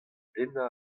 dennañ